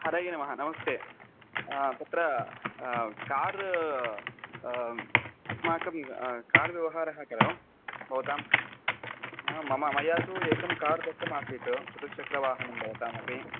हरये नमः नमस्ते तत्र कार् अस्माकं कार् व्यवहारः खलु भवतां मम मया तु एकं कार् दत्तं आसीत् चतुष्चक्रवाहनं भवतामपि